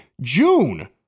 June